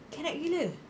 kerek gila